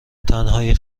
تنهایی